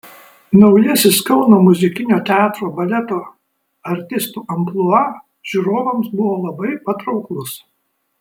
naujasis kauno muzikinio teatro baleto artistų amplua žiūrovams buvo labai patrauklus